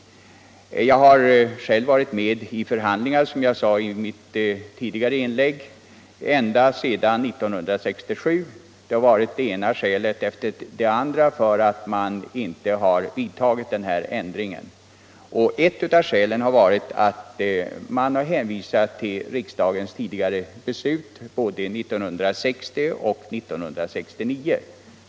Jag har själv varit med i förhandlingar, som jag sade i mitt tidigare inlägg, ända sedan 1967. Det ena skälet efter det andra har anförts för att man inte har vidtagit den här ändringen. Ett av skälen har varit en hänvisning till riksdagens tidigare beslut — både 1960 och 1969.